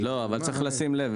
יכול להיות צריך לדבר